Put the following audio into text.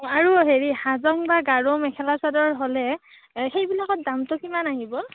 আৰু হেৰি হাজং বা গাৰো মেখেলা চাদৰ হ'লে সেইবিলাকৰ দামটো কিমান আহিব